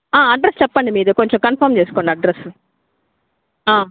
address చెప్పండి మీది కొంచెం కన్ఫర్మ్ చేసుకోండి అడ్రస్సు